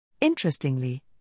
Interestingly